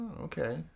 Okay